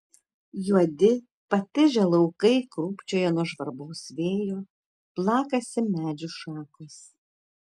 juodi patižę laukai krūpčioja nuo žvarbaus vėjo plakasi medžių šakos